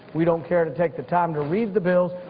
we don't care to take the time to read the bills.